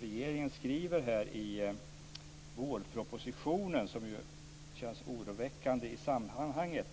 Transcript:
Regeringen skriver i vårpropositionen något som känns oroväckande i sammanhanget: